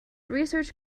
research